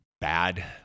bad